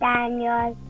Daniel